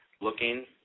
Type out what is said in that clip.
looking